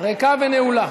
ריקה ונעולה.